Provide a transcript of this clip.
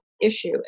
issue